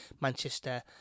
Manchester